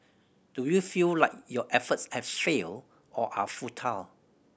do you feel like your efforts have failed or are futile